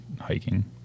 hiking